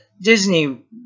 Disney